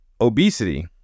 Obesity